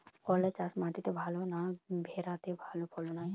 করলা চাষ মাটিতে ভালো না ভেরাতে ভালো ফলন হয়?